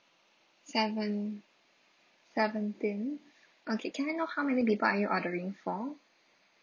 seven seventeen okay can I know how many people are you ordering for